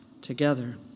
together